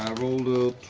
rolled a